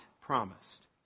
promised